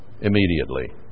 immediately